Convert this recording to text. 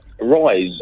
Rise